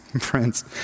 friends